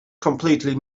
completely